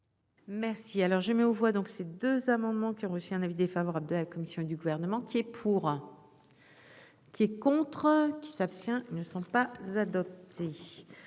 Merci alors je mets aux voix donc ces deux amendements qui ont reçu un avis défavorable de la commission du gouvernement qui est pour. Qui est contre qui s'abstient ne sont pas adopté